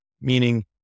meaning